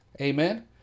Amen